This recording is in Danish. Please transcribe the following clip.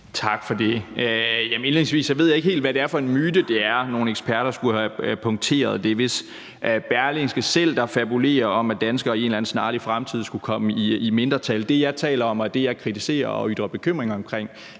Tak for det. Indledningsvis vil jeg sige, at jeg ikke helt ved, hvad det er for en myte, det er, som nogle eksperter skulle have punkteret. Det er vist Berlingske selv, der fabulerer over, at danskere i en eller anden snarlig fremtid skulle komme i mindretal. Det, jeg taler om, og det, jeg kritiserer og ytrer bekymring omkring,